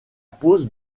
pose